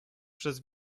przez